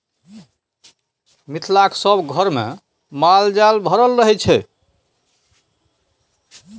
मिथिलाक सभ घरमे माल जाल भरल रहय छै